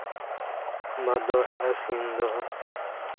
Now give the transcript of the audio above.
ᱵᱷᱟᱫᱚᱨ ᱟᱥᱤᱱ ᱫᱚ